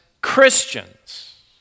Christians